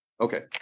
Okay